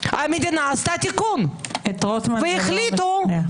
המדינה עשתה תיקון והחליטו- -- את רוטמן זה לא משכנע.